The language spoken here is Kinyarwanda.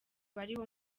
bariho